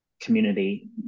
community